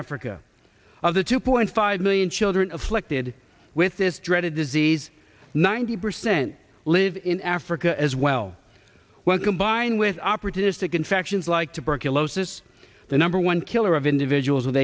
africa of the two point five million children afflicted with this dreaded disease ninety percent live in africa as well when combined with opportunistic infections like tuberculosis the number one killer of individuals with